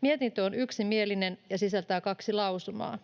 Mietintö on yksimielinen ja sisältää kaksi lausumaa.